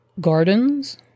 gardens